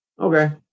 Okay